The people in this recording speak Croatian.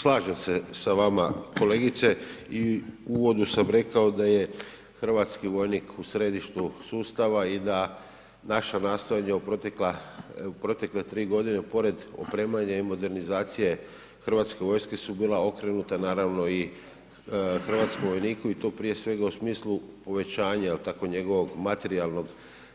Slažem sa vama kolegice i u uvodu sam rekao da je hrvatski vojnik u središtu sustava i da naša nastojanja u protekle 3 g. pored opremanja i modernizacije hrvatske vojske su bila okrenuta naravno i hrvatskom vojniku i to prije svega u smislu povećanja i tako njegovog materijalnog